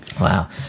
Wow